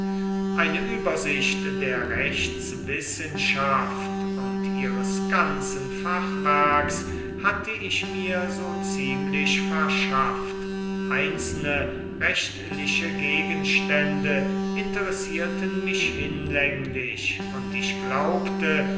eine übersicht der rechtswissenschaft und ihres ganzen fachwerks hatte ich mir so ziemlich verschafft einzelne rechtliche gegenstände interessierten mich hinlänglich und ich glaubte